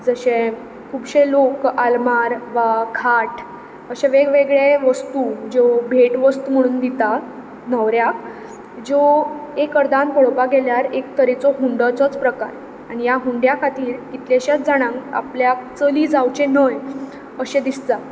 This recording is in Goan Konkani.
जशें खुबशे लोक आल्मार वा खाट अशे वेग वेगळे वस्तू ज्यो भेटवस्तू म्हुणून दिता न्हवऱ्याक ज्यो एक अर्दान पळोवपाक गेल्यार एक तरेचो हुंडोचोच प्रकार आनी ह्या हुंड्या खातीर कितल्याशाच जाणांक आपल्याक चली जावचें न्हय अशें दिसता